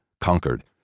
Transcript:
conquered